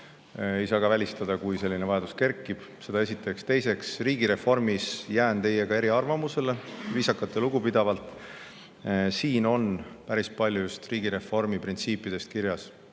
Ei saa ka välistada, et selline vajadus kerkib. Seda esiteks. Teiseks, riigireformi teemal jään eriarvamusele, viisakalt ja lugupidavalt. Siin on päris palju riigireformi printsiipidest kirjas,